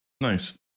Nice